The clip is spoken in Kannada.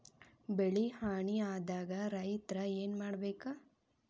ಬೆಳಿ ಹಾನಿ ಆದಾಗ ರೈತ್ರ ಏನ್ ಮಾಡ್ಬೇಕ್?